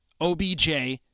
OBJ